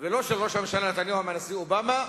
ולא של ראש הממשלה נתניהו עם הנשיא אובמה,